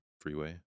Freeway